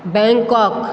Bangkok